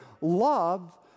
love